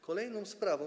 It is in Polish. Kolejna sprawa.